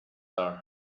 are